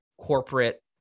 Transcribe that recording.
corporate